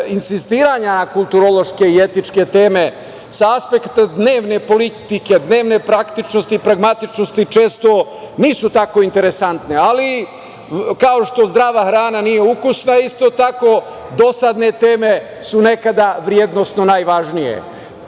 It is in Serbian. insistiranja kulturološke i etičke teme sa aspekta dnevne politike, dnevne praktičnosti, pragmatičnosti često nisu tako interesantne, ali kao što zdrava hrana nije ukusna, isto tako dosadne teme su nekada vrednosno najvažnije.